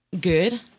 good